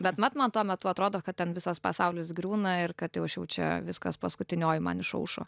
bet mat man tuo metu atrodo kad ten visas pasaulis griūna ir kad jau aš čia viskas paskutinioji man išaušo